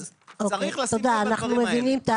אז צריך לשים לב לדברים האלה.